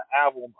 album